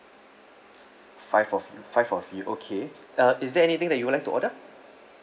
five of you five of you okay uh is there anything that you would like to order